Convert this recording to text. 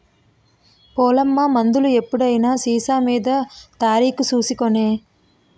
ఓలమ్మా ఎప్పుడైనా మందులు సీసామీద తారీకు సూసి కొనే